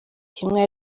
kimwe